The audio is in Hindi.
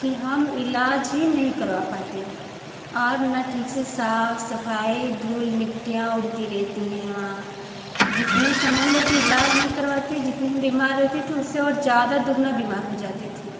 कि हम इलाज ही नहीं करवा पाते और ना ठीक से साफ सफाई धूल मिट्टियाँ उड़ती रहती हैं वहाँ जितने समझ लो कि इलाज नहीं करवाते जितने हम बीमार रहते थे उससे और ज्यादा दुगना बीमार हो जाते थे